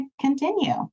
continue